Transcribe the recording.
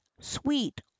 sweet